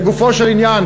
לגופו של עניין,